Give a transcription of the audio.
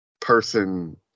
person